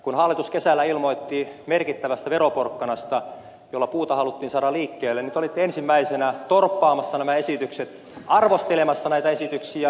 kun hallitus kesällä ilmoitti merkittävästä veroporkkanasta jolla puuta haluttiin saada liikkeelle niin te olitte ensimmäisenä torppaamassa nämä esitykset arvostelemassa näitä esityksiä